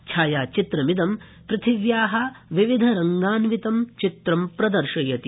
छायाचित्रमिदं पृथिव्या विविधरङ्गान्वितं चित्रं प्रदर्शयति